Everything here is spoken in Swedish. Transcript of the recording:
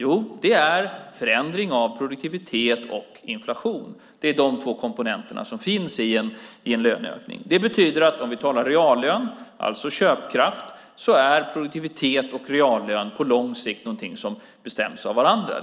Jo, det är förändring av produktivitet och inflation. Det är de två komponenterna som finns i en löneökning. Det betyder att när det gäller reallön, alltså köpkraft, är produktivitet och reallön på lång sikt någonting som bestäms av varandra.